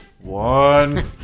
One